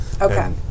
Okay